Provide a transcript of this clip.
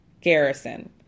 Garrison